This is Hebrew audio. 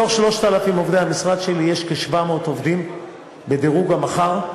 מתוך 3,000 עובדי המשרד שלי יש כ-700 עובדים בדירוג המח"ר,